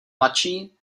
mladší